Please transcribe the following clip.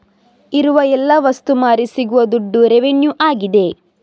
ಇರುವ ಎಲ್ಲ ವಸ್ತು ಮಾರಿ ಸಿಗುವ ದುಡ್ಡು ರೆವೆನ್ಯೂ ಆಗಿದೆ